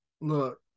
look